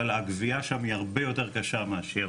אבל הגבייה שם היא הרבה יותר קשה מאשר